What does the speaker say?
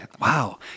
Wow